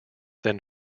then